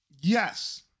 Yes